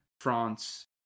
France